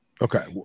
Okay